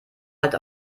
halt